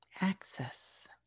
access